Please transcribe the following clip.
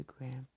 Instagram